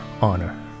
honor